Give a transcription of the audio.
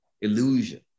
illusion